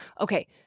Okay